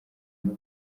n’u